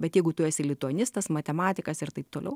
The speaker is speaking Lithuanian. bet jeigu tu esi lituanistas matematikas ir taip toliau